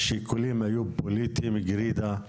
השיקולים היו פוליטיים גרידא.